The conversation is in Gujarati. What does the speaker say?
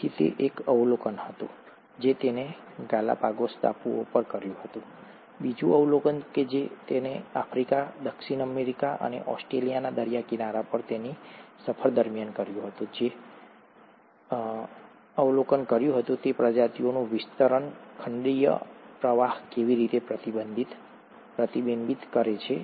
તેથી તે એક અવલોકન હતું જે તેણે ગાલાપાગોસ ટાપુઓ પર કર્યું હતું બીજું અવલોકન જે તેણે આફ્રિકા દક્ષિણ અમેરિકા અને ઓસ્ટ્રેલિયાના દરિયાકિનારા પર તેની સફર દરમિયાન કર્યું હતું તે એ હતું કે તેણે અવલોકન કર્યું હતું કે આ પ્રજાતિઓનું વિતરણ ખંડીય પ્રવાહ કેવી રીતે પ્રતિબિંબિત કરે છે